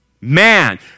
Man